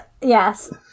yes